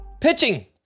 Pitching